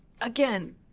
again